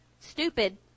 stupid